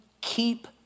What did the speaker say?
keep